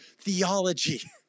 theology